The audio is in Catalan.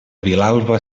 vilalba